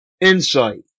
Insight